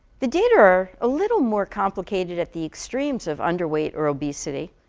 the data, a little more complicated at the extremes of underweight or obesity,